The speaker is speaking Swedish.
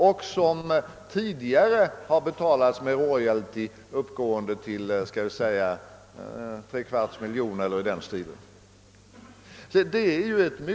Tidigare har kartverket fått en nu avskaffad royalty uppgående till, skall vi säga, 3/4 miljon kronor årligen eller något i den stilen.